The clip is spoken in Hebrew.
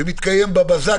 שמתקיים בבזק,